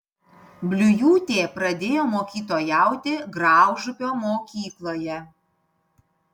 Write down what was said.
bliujūtė pradėjo mokytojauti graužupio mokykloje